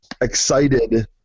excited